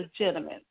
legitimate